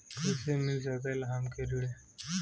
कइसे मिल सकेला हमके ऋण?